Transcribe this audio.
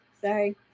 Sorry